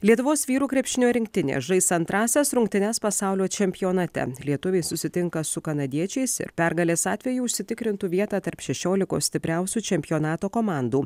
lietuvos vyrų krepšinio rinktinė žais antrąsias rungtynes pasaulio čempionate lietuviai susitinka su kanadiečiais ir pergalės atveju užsitikrintų vietą tarp šešiolikos stipriausių čempionato komandų